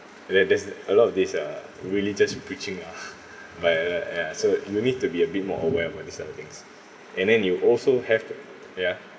there there's a lot of this uh religious preaching ah by ya ya so you need to be a bit more aware about these kind of things and then you also have to ya